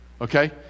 okay